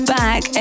back